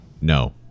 No